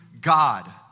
God